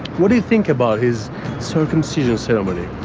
what do you think about his cirumsision ceremony